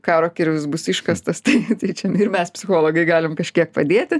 karo kirvis bus iškastas tai tai čia ir mes psichologai galim kažkiek padėti